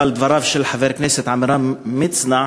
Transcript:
אבל דבריו של חבר הכנסת עמרם מצנע,